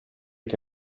che